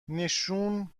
نشون